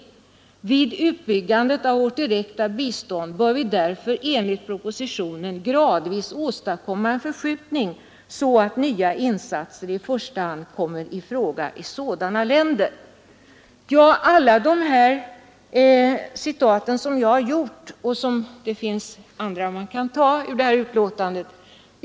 Vid utbyggandet av vårt direkta bistånd bör vi därför enligt propositionen gradvis åstadkomma en förskjutning, så att nya insatser i första hand kommer i fråga i sådana länder.” Jag har velat göra dessa citat, och det finns andra man kan göra ur det här utlåtandet.